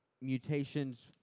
mutations